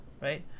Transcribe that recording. right